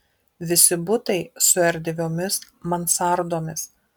visi butai su erdviomis mansardomis